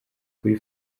kuri